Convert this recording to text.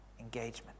Engagement